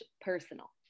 personal